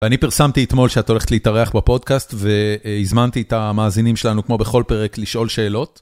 ואני פרסמתי אתמול שאת הולכת להתארח בפודקאסט והזמנתי את המאזינים שלנו כמו בכל פרק לשאול שאלות.